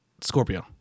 Scorpio